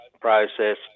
process